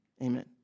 amen